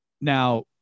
now